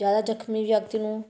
ਜ਼ਿਆਦਾ ਜ਼ਖਮੀ ਵਿਅਕਤੀ ਨੂੰ